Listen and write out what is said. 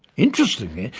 interestingly,